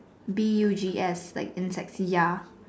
B U G S like insects ya